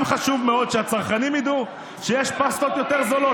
גם חשוב מאוד שהצרכנים ידעו שיש פסטות יותר זולות,